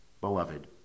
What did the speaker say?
Beloved